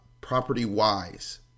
property-wise